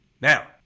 Now